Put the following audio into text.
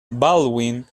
baldwin